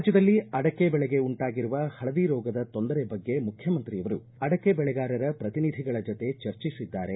ರಾಜ್ಯದಲ್ಲಿ ಅಡಕೆ ಬೆಳೆಗೆ ಉಂಟಾಗಿರುವ ಪಳದಿ ರೋಗದ ತೊಂದರೆ ಬಗ್ಗೆ ಮುಖ್ಡಮಂತ್ರಿಯವರು ಅಡಕೆ ಬೆಳೆಗಾರರ ಪ್ರತಿನಿಧಿಗಳ ಜತೆ ಚರ್ಚಿಸಿದ್ದಾರೆ